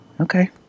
Okay